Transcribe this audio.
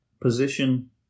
position